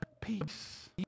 peace